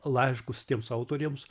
laiškus tiems autoriams